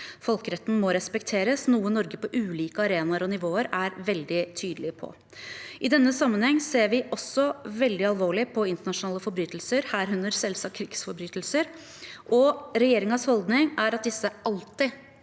Folkeretten må respekteres, noe Norge på ulike arenaer og nivåer er veldig tydelig på. I denne sammenhengen ser vi også veldig alvorlig på internasjonale forbrytelser, herunder selvsagt krigsforbrytelser, og regjeringens holdning er at disse alltid